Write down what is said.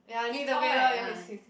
he's tall right ah it's okay